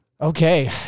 Okay